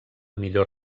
millor